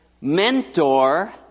mentor